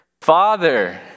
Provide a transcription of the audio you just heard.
Father